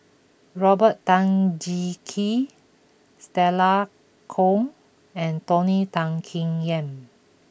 Robert Tan Jee Keng Stella Kon and Tony Tan Keng Yam